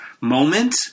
moment